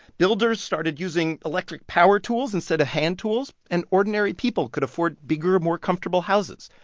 builders started using electric power tools instead of hand tools and ordinary people could afford bigger, more comfortable houses.